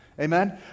Amen